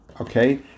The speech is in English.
Okay